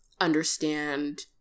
understand